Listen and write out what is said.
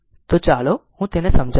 તો ચાલો હું તેને સમજાવું